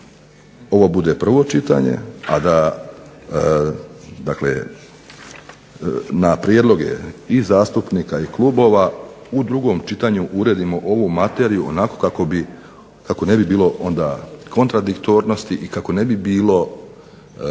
ovo bude prvo čitanje, a da, dakle na prijedloge i zastupnika i klubova u drugom čitanju uredimo ovu materiju onako kako ne bi bilo kontradiktornosti i kako ne bi bilo